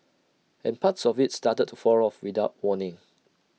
and parts of IT started to fall off without warning